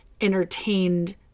entertained